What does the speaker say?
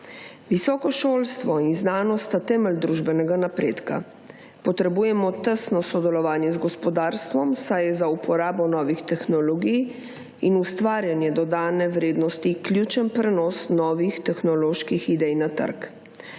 Visoko šolstvo in znanost sta temelj družbenega napredka. Potrebujemo tesno sodelovanje z gospodarstvom, saj je za uporabo novih tehnologij in ustvarjanje dodane vrednosti ključen prenos novih tehnoloških idej na trg.